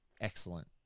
excellent